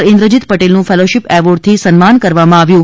ઇન્દ્રજીત ૈ ટેલનું ફેલોશીૈ એવોર્ડથી સન્માન કરવામાં આવ્યું છે